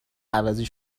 عوضی